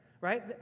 right